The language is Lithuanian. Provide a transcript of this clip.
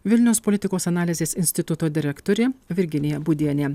vilniaus politikos analizės instituto direktorė virginija būdienė